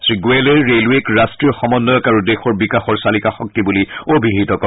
শ্ৰীগোয়েলে ৰেলৱেক ৰাষ্ট্ৰীয় সমন্য়ক আৰু দেশৰ বিকাশৰ চালিকা শক্তি বুলি অভিহিত কৰে